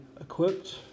equipped